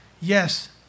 Yes